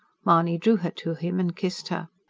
mahony drew her to him and kissed her.